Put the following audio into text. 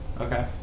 Okay